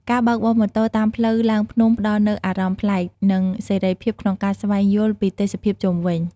ការបើកបរម៉ូតូតាមផ្លូវឡើងភ្នំផ្តល់នូវអារម្មណ៍ប្លែក និងសេរីភាពក្នុងការស្វែងយល់ពីទេសភាពជុំវិញ។